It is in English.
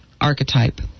archetype